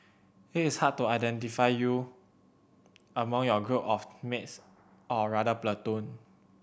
it is hard to identify you among your group of mates or rather platoon